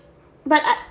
but i~